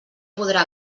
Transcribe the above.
podrà